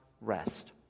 rest